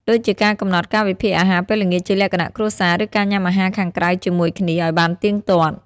ដូចជាការកំណត់កាលវិភាគអាហារពេលល្ងាចជាលក្ខណៈគ្រួសារ ឬការញ៉ាំអាហារខាងក្រៅជាមួយគ្នាឱ្យបានទៀងទាត់។